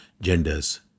genders